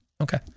okay